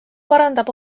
parandab